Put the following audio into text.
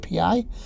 API